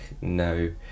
no